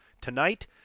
tonight